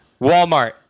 Walmart